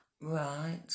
Right